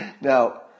Now